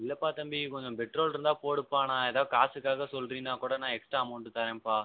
இல்லைப்பா தம்பி கொஞ்சம் பெட்ரோல் இருந்தா போடுப்பா நான் எதோ காசுக்காக சொல்றின்னா கூட நான் எக்ஸ்ட்ரா அமௌன்ட் தரேன்பா